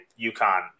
UConn